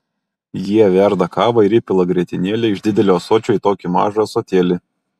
jie verda kavą ir įpila grietinėlę iš didelio ąsočio į tokį mažą ąsotėlį